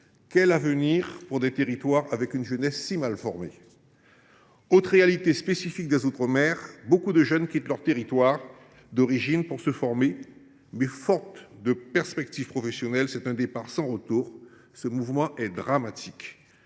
Quel avenir pour des territoires où la jeunesse est si mal formée ? Autre réalité spécifique aux outre mer : beaucoup de jeunes quittent leur territoire d’origine pour se former, mais, faute de perspective professionnelle, c’est un départ sans retour. Ce mouvement dramatique